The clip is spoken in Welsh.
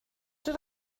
dod